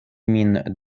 min